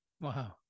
Wow